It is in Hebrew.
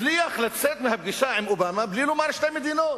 הצליח לצאת מהפגישה עם אובמה בלי לומר "שתי מדינות",